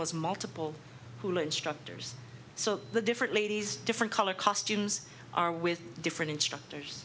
condos multiple pool instructors so the different ladies different color costumes are with different instructors